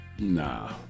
Nah